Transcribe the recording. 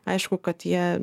aišku kad jie